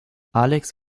alex